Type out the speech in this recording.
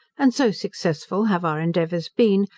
and so successful have our endeavours been,